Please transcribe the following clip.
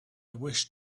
wish